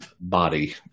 body